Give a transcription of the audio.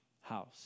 house